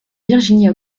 virginie